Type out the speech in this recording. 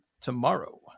tomorrow